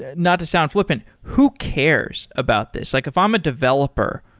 ah not to sound flippant. who cares about this? like if i'm a developer,